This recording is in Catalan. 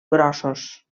grossos